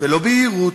ולא ביהירות,